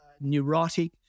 neurotic